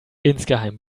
insgeheim